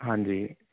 ਹਾਂਜੀ